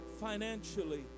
financially